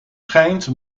schijnt